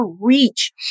reach